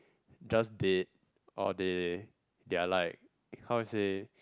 just they or they they are like how to say